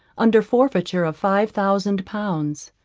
under forfeiture of five thousand pounds.